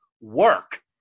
work